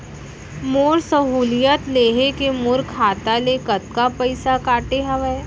मोर सहुलियत लेहे के मोर खाता ले कतका पइसा कटे हवये?